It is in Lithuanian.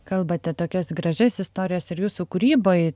kalbate tokias gražias istorijas ir jūsų kūryboj